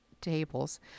tables